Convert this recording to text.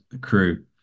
crew